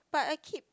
but I keep